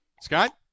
Scott